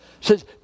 says